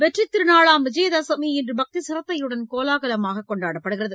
வெற்றித் திருநாளாம் விஜயதசமி இன்று பக்தி சிரத்தையுடன் கோலாகலமாக கொண்டாடப்படுகிறது